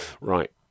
Right